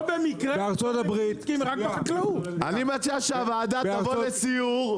בארצות הברית --- אני מציע שהוועדה תבוא לסיור,